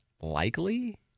likely